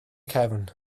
cefn